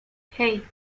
hey